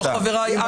חבריי,